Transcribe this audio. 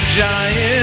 giant